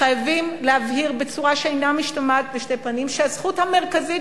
חייבים להבהיר בצורה שאינה משתמעת לשתי פנים שהזכות המרכזית